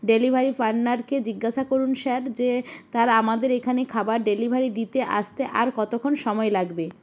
delivery পার্টনারকে জিজ্ঞাসা করুন স্যার যে তার আমাদের এখানে খাবার ডেলিভারি দিতে আসতে আর কতক্ষণ সময় লাগবে